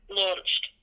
launched